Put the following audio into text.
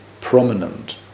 prominent